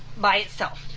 by itself,